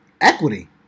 equity